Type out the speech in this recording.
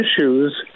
issues